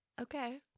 Okay